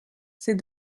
ces